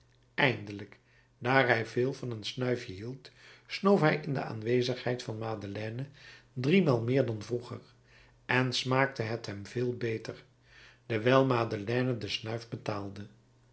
eindelijk daar hij veel van een snuifje hield snoof hij in de aanwezigheid van madeleine driemaal meer dan vroeger en smaakte het hem veel beter dewijl madeleine de snuif betaalde